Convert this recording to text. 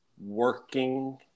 working